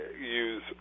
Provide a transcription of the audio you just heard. use